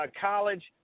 college